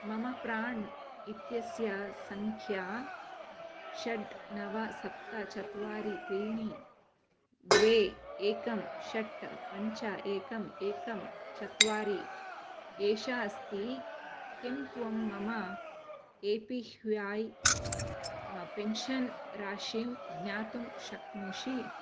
मम प्राण् इत्यस्य सङ्ख्या षट् नव सप्त चत्वारि त्रीणि द्वे एकं षट् पञ्च एकं एकं चत्वारि एषा अस्ति किं त्वं मम ए पी वय् पेन्शन् राशिं ज्ञातुं शक्नोषि